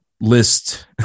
list